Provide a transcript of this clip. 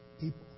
people